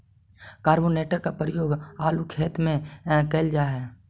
carbamate के प्रयोग आलू के खेत में कैल जा हई